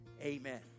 Amen